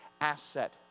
asset